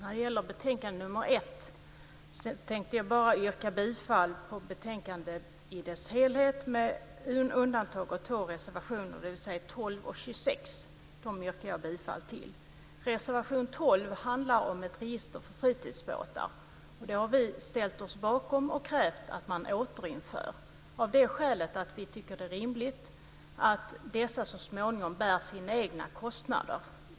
När det gäller betänkande nr 1 tänker jag bara yrka bifall till förslaget i betänkandet i dess helhet med undantag av två reservationer, nr 12 och nr 26. Dem yrkar jag bifall till. Reservation 12 handlar om ett register för fritidsbåtar, och det har vi ställt oss bakom och krävt att man återinför av det skälet att vi tycker det är rimligt att dessa så småningom bär sina egna kostnader.